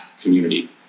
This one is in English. community